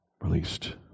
released